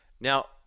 Now